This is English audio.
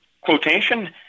quotation